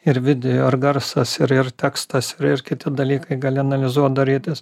ir video ir garsas ir ir tekstas ir ir kiti dalykai gali analizuot darytis